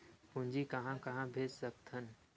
पूंजी कहां कहा भेज सकथन?